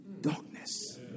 darkness